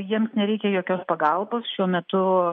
jiems nereikia jokios pagalbos šiuo metu